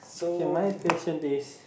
okay my question is